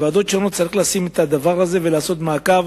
צריך לשים את הדבר הזה ולעשות מעקב